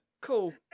Cool